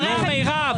מירב,